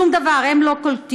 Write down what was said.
שום דבר, הם לא קולטים.